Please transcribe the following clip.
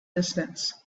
distance